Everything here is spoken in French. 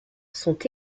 sont